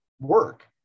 work